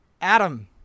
Adam